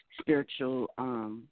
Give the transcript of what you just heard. spiritual